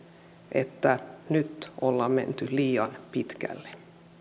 että nyt ollaan menty liian pitkälle